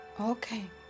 Okay